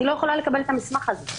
אני לא יכולה לקבל את המסמך הזה.